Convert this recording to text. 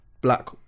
black